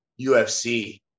ufc